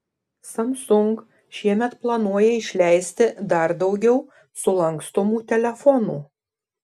samsung šiemet planuoja išleisti dar daugiau sulankstomų telefonų